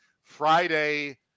Friday